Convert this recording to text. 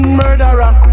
murderer